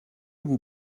vous